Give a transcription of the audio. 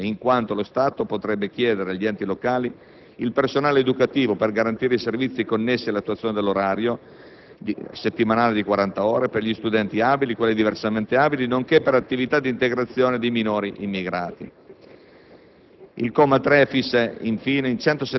nonché nello stanziamento di risorse finanziarie integrative, in quanto lo Stato potrebbe chiedere agli Enti locali il personale educativo per garantire i servizi connessi all'attuazione dell'orario settimanale di 40 ore per gli studenti abili e quelli diversamente abili, nonché per attività di integrazione di minori immigrati.